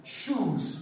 shoes